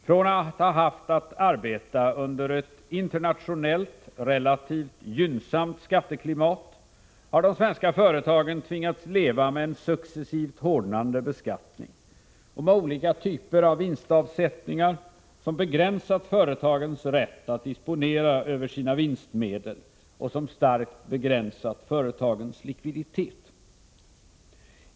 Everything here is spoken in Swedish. Från att ha haft att arbeta i ett internationellt relativt gynnsamt skatteklimat har de svenska företagen sedan tvingats leva med en successivt hårdnande beskattning och med olika typer av vinstavsättningar, som begränsat företagens rätt att disponera över sina vinstmedel och som starkt begränsat företagens likviditet.